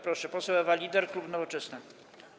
Proszę, poseł Ewa Lieder, klub Nowoczesna.